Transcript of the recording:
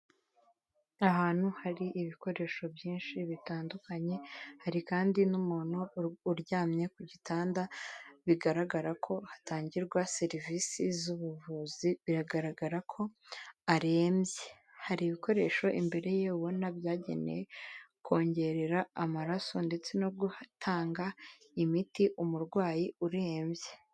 Ahantu hari ibikoresho byinshi bitandukanye, hari kandi n'umuntu uryamye ku gitanda bigaragara ko hatangirwa serivisi z'ubuvuzi biragaragara ko arembye. Hari ibikoresho imbere ye ubona byagenewe kongerera amaraso ndetse no gutanga imiti umurwayi urembye.